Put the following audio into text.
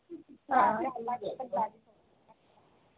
आं